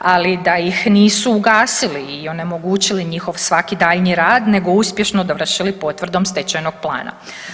Ali da ih nisu ugasili i onemogućili njihov svaki daljnji rad, nego uspješno dovršili potvrdom stečajnog plana.